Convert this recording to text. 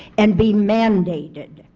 and be mandated.